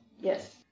Yes